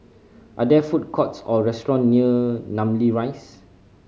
are there food courts or restaurant near Namly Rise